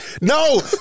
No